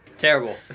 Terrible